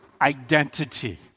identity